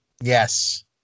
Yes